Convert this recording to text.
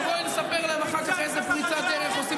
תבואי לספר להם אחר כך איזה פריצת דרך עושים